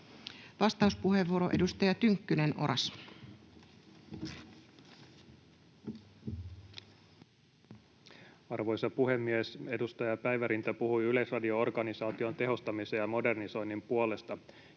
vuonna 2022 Time: 16:00 Content: Arvoisa puhemies! Edustaja Päivärinta puhui Yleisradio-organisaation tehostamisen ja modernisoinnin puolesta,